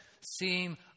seem